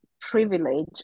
privilege